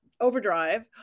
overdrive